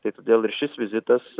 tai todėl ir šis vizitas